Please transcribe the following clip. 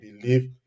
believe